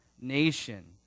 nation